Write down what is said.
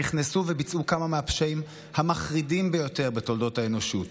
נכנסו וביצעו כמה מהפשעים המחרידים ביותר בתולדות האנושות,